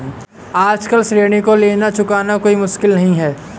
आजकल ऋण को लेना और चुकाना कोई मुश्किल नहीं है